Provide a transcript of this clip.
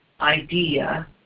idea